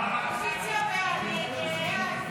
הסתייגות 42 לחלופין א לא נתקבלה.